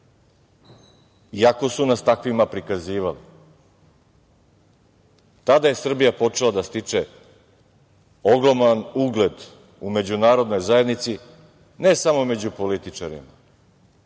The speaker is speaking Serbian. iako su nas takvima prikazivali. Tada je Srbija počela da stiče ogroman ugled u međunarodnoj zajednici, ne samo među političarima,